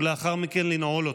ולאחר מכן לנעול אותה.